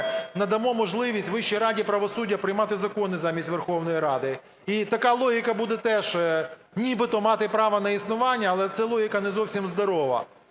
надамо можливість Вищій раді правосуддя приймати закони замість Верховної Ради. І така логіка буде теж нібито мати право на існування, але це логіка не зовсім здорова.